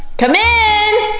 come in!